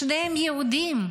שניהם יהודים,